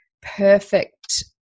perfect